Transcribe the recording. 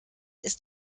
ist